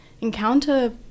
encounter